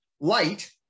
light